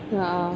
ya